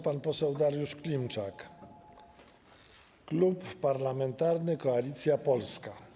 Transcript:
Pan poseł Dariusz Klimczak, Klub Parlamentarny Koalicja Polska.